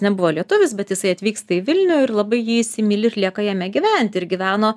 nebuvo lietuvis bet jisai atvyksta į vilnių ir labai jį įsimyli ir lieka jame gyvent ir gyveno